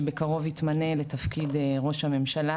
שבקרוב יתמנה לתפקיד ראש הממשלה